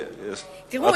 תראו,